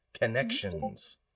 connections